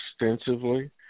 extensively